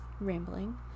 rambling